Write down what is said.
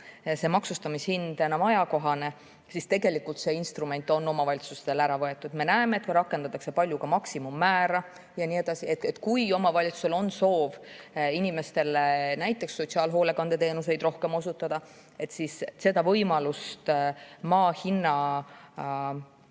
see maksustamishind ei ole enam ajakohane, siis tegelikult see instrument on omavalitsustelt ära võetud. Me näeme, et rakendatakse palju ka maksimummäära ja nii edasi. Kui omavalitsustel on soov inimestele näiteks sotsiaalhoolekande teenuseid rohkem osutada, siis võimalust maa hinna